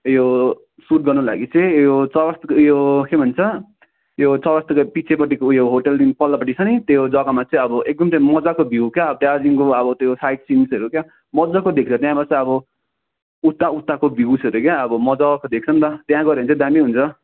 यो सुट गर्नुको लागि चाहिँ यो चौरस्ताको यो के भन्छ यो चौरस्ताको पछिपट्टिको उयो होटेलदेखि पल्लोपट्टि छ नि त्यो जगामा चाहिँ एकदम त्यो मजाको भ्यु क्या अब त्यहाँदेखिको अब त्यो साइटसिन्सहरू क्या मजाको देख्छ त्यहाँबट अब उता उताको भ्युसहरू क्या अब मजाको देख्छ नि त त्यहाँ गरे भने चाहिँ दामी हुन्छ